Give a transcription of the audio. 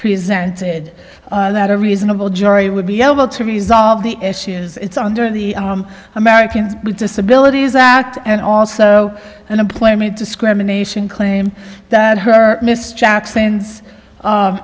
presented that a reasonable jury would be able to resolve the issues it's on during the americans with disabilities act and also an employment discrimination claim that her miss jackson's